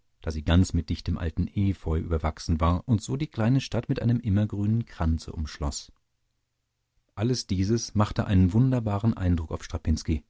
da sie ganz mit dichtem altem efeu überwachsen war und so die kleine stadt mit einem immergrünen kranze umschloß alles dieses machte einen wunderbaren eindruck auf